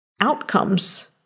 outcomes